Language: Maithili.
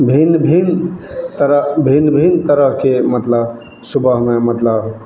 भिन्न भिन्न तरह भिन्न भिन्न तरहके मतलब सुबहमे मतलब